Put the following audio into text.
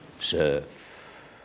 serve